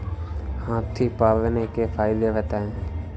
हाथी पालने के फायदे बताए?